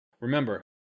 remember